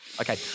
Okay